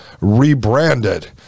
rebranded